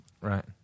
right